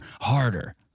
harder